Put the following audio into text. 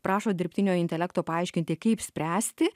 prašo dirbtinio intelekto paaiškinti kaip spręsti